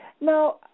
Now